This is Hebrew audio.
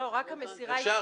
לא, רק המסירה אישית,